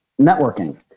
networking